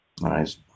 nice